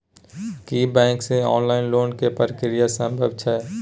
की bank से online loan के प्रक्रिया संभव छै?